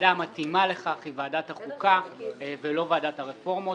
הוועדה המתאימה לכך היא ועדת החוקה ולא ועדת הרפורמות.